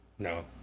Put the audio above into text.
No